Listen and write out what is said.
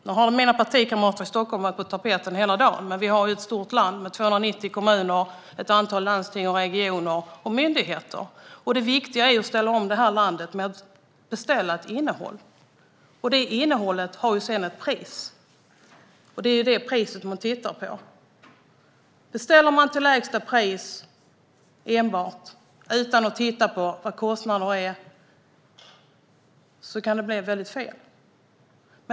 Nu har mina partikamrater i Stockholm varit på tapeten hela dagen, men vårt land är stort. Där finns 290 kommuner, ett antal landsting, regioner och myndigheter. Det viktiga för landet är att beställa ett innehåll. Det innehållet har sedan ett pris, och det är priset man tittar på. Om man enbart beställer till lägsta pris utan att titta på kostnaderna kan det bli fel.